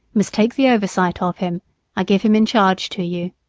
must take the oversight of him i give him in charge to you.